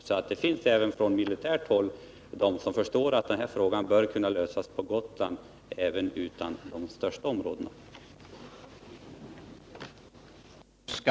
Även på militärt håll finns det sålunda de som förstår att den här frågan bör lösas utan att man tar i anspråk de största områdena.